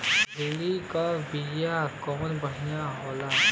भिंडी के बिया कवन बढ़ियां होला?